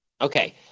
Okay